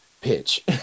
pitch